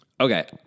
Okay